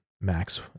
Max